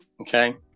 okay